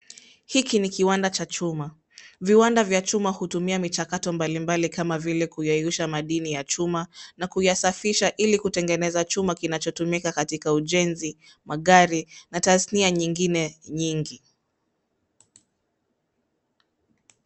Hiki ni kitanda cha chuma. Viwanda vya chuma hutumia michakato mbalimbali kama vile kuyeyusha madini ya chuma na kuyasafisha ili kutegeneza chuma kinachotumika katika ujenzi, magari na tasimia nyingine nyingi.